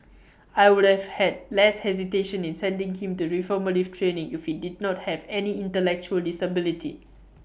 I would have had less hesitation in sending him to reformative training if he did not have any intellectual disability